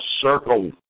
circle